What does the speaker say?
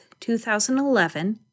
2011